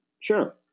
Sure